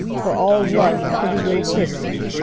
for all loved the pretty little frisky.